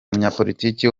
umunyapolitiki